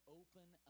open